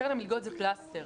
קרן המלגות היא פלסטר.